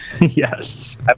Yes